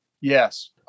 Yes